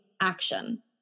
action